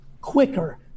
quicker